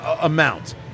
amount